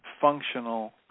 functional